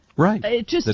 Right